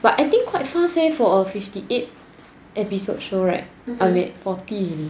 but I think quite fast eh for fifty eight episode show right I'm at forty already